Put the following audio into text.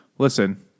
Listen